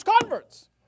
converts